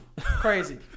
Crazy